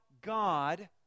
God